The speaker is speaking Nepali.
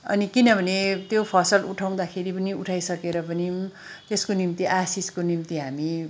अनि किनभने त्यो फसल उठाउँदाखेरि पनि उठाइसकेर पनि त्यसको निम्ति आशिष्को निम्ति हामी